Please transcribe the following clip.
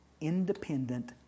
independent